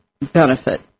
benefit